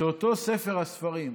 שאותו ספר הספרים,